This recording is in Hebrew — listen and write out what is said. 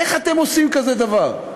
איך אתם עושים כזה דבר?